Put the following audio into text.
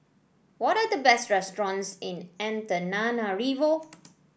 what are the best restaurants in Antananarivo